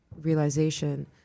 realization